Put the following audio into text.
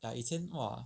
ya 以前 !wah!